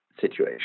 situation